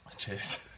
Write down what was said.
cheers